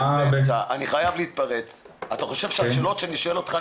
אתה חושב שהשאלות שאני שואל אותך,